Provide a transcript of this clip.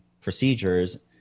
procedures